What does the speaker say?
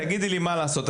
תגידי לי מה לעשות,